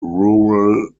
rural